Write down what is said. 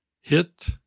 hit